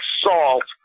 salt